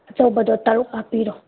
ꯑꯆꯧꯕꯗꯨ ꯇꯔꯨꯛ ꯍꯥꯞꯄꯤꯔꯣ